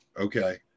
Okay